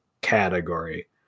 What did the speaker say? category